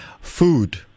food